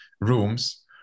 rooms